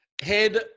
head